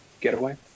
Getaway